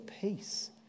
peace